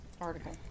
article